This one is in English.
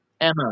Emma